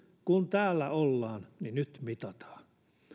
kun täällä ollaan niin nyt mitataan